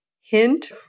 hint